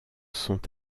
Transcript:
sont